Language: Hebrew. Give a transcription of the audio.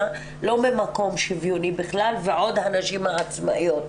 לא ממקום שוויוני בכלל ועוד הנשים העצמאיות.